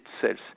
cells